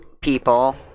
people